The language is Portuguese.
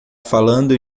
falando